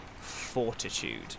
Fortitude